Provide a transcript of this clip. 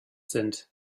sind